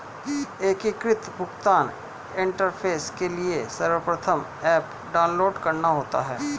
एकीकृत भुगतान इंटरफेस के लिए सर्वप्रथम ऐप डाउनलोड करना होता है